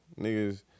Niggas